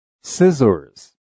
Scissors